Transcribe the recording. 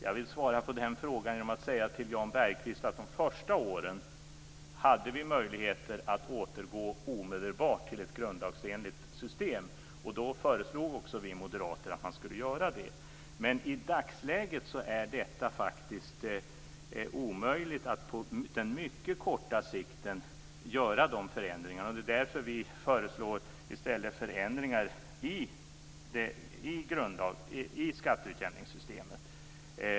Jag vill svara på den frågan genom att till Jan Bergqvist säga att vi under de första åren hade möjlighet att återgå omedelbart till ett grundlagsenligt system, och då föreslog också vi moderater att man skulle göra det. Men i dagsläget är det faktiskt omöjligt att på mycket kort sikt göra dessa förändringar. Och det är därför som vi i stället föreslår förändringar i skatteutjämningssystemet.